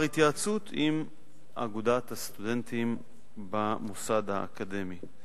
התייעצות עם אגודת הסטודנטים במוסד האקדמי.